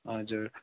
हजुर